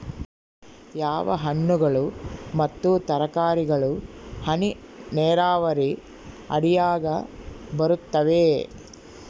ಯಾವ ಹಣ್ಣುಗಳು ಮತ್ತು ತರಕಾರಿಗಳು ಹನಿ ನೇರಾವರಿ ಅಡಿಯಾಗ ಬರುತ್ತವೆ?